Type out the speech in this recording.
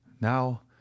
now